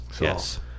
Yes